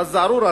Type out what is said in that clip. א-זערורה,